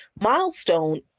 milestone